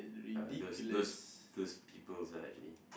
uh those those those peoples ah actually